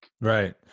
Right